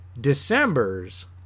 decembers